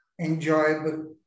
enjoyable